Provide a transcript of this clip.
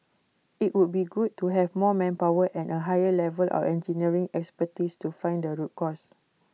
IT would be good to have more manpower and A higher level of engineering expertise to find the root cause